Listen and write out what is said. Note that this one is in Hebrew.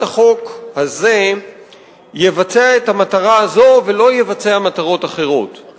החוק יבצע את המטרה הזאת ולא מטרות אחרות וזרות.